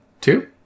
two